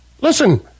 Listen